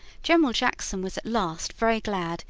general jackson was at last very glad,